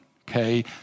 Okay